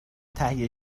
تهیه